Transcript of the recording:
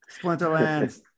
Splinterlands